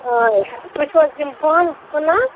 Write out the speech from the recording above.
آ تُہۍ چھِو حظ یِم بان کٕنان